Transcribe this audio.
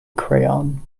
crayon